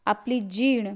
आपली जीण